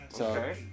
Okay